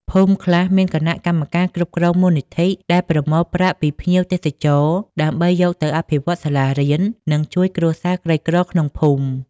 ភូមិខ្លះមានគណៈកម្មការគ្រប់គ្រងមូលនិធិ ដែលប្រមូលប្រាក់ពីភ្ញៀវទេសចរណ៍ ដើម្បីយកទៅអភិវឌ្ឍសាលារៀន និងជួយគ្រួសារក្រីក្រក្នុងភូមិ។